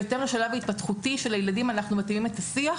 אנחנו מתאימים את השיח